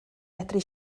medru